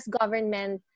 government